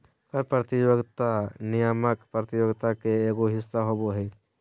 कर प्रतियोगिता नियामक प्रतियोगित के एगो हिस्सा होबा हइ